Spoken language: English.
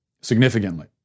significantly